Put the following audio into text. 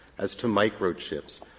as to microchips.